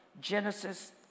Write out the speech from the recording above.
Genesis